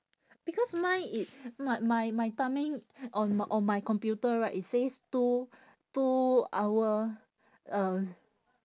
because mine it my my my timing on on my computer right it says two two hour uh